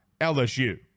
LSU